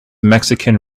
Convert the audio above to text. mexican